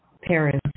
parents